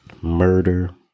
murder